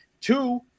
Two